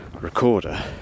recorder